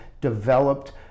developed